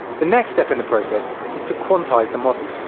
the next step in the process is to quantize the model.